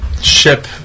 ship